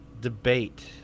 debate